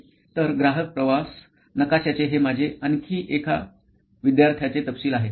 तर ग्राहक प्रवास नकाशाचे हे माझे आणखी एका विद्यार्थ्याचे तपशील आहे